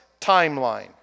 timeline